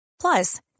Plus